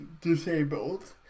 disabled